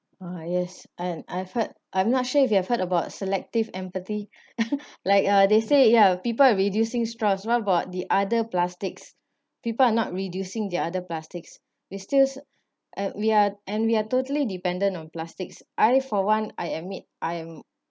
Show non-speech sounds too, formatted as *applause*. uh yes and I've heard I'm not sure if you have heard about selective empathy *laughs* like uh they say ya people are reducing straws what about the other plastics people are not reducing the other plastics they still and we are and we are totally dependent on plastics I for one I admit I am